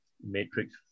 Matrix